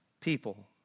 people